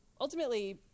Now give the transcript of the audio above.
Ultimately